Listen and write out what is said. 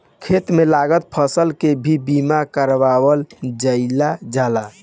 खेत में लागल फसल के भी बीमा कारावल जाईल जाला